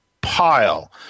pile